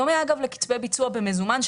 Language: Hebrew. בדומה לקצבי ביצוע במזומן,